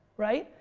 right?